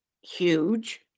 huge